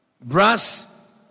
Brass